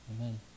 amen